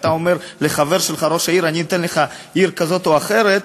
ואתה אומר לחבר שלך ראש העיר: אני אתן לך עיר כזאת או אחרת,